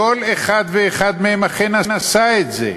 כל אחד ואחד מהם אכן עשה את זה.